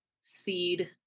seed